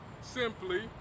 simply